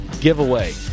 giveaway